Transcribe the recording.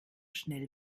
schnell